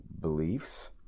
beliefs